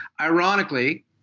Ironically